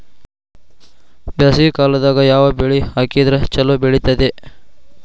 ಬ್ಯಾಸಗಿ ಕಾಲದಾಗ ಯಾವ ಬೆಳಿ ಹಾಕಿದ್ರ ಛಲೋ ಬೆಳಿತೇತಿ?